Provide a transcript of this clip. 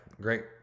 great